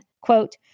quote